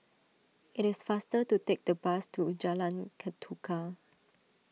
it is faster to take the bus to Jalan Ketuka